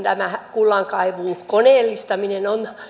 kullankaivuun koneellistaminen on